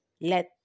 Let